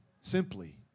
simply